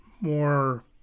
more